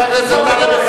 מתי תתחיל להקשיב,